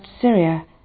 Syria